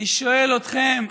אני שואל אתכם,